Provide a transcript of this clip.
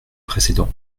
précédent